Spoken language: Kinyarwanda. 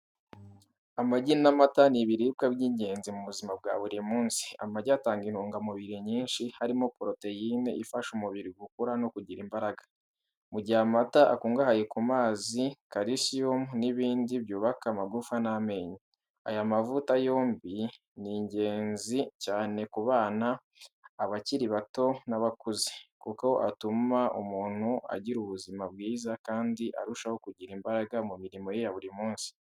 Amagi n’amata ni ibiribwa by’ingenzi mu buzima bwa buri munsi. Amagi atanga intungamubiri nyinshi, harimo poroteyine ifasha umubiri gukura no kugira imbaraga, mu gihe amata akungahaye ku mazi, calcium n’ibindi byubaka amagufa n’amenyo. Aya mavuta yombi ni ingenzi cyane ku bana, abakiri bato n’abakuze, kuko atuma umuntu agira ubuzima bwiza kandi arushaho kugira imbaraga mu mirimo ye ya buri munsi.